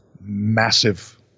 massive